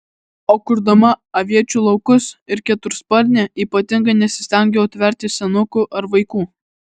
o kurdama aviečių laukus ir ketursparnę ypatingai nesistengiau atverti senukų ar vaikų